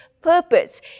purpose